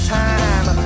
time